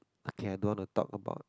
okay I don't want to talk about